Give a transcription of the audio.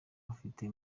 bafite